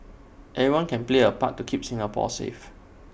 everyone can play A part to keep Singapore safe